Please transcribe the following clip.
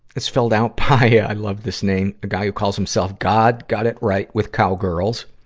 it's filled out by, uh i love this name a guy who calls himself god got it right with cowgirls.